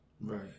Right